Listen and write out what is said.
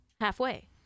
halfway